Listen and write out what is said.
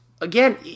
again